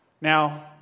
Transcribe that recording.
Now